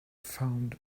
found